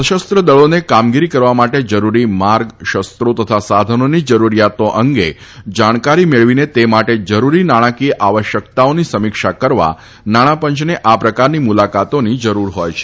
સશસ્ત્ર દળોને કામગીરી કરવા માટે જરૂરી માર્ગ શસ્ત્રો તથા સાધનોની જરૂરીયાતો અંગે જાણકારી મેળવીને તે માટે જરૂરી નાણાકીય આવશ્યકતાઓની સમીક્ષા કરવા નાણાપંચને આ પ્રકારની આભાર નિહારીકા રવિયા મુલાકાતોની જરૂર હોય છે